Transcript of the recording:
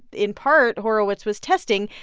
in part, horowitz was testing,